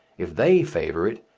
if they favour it,